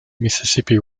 mississippi